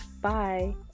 Bye